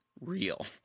real